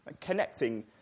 connecting